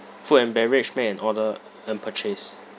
food and beverage make an order and purchase